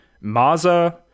Maza